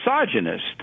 misogynist